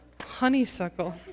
Honeysuckle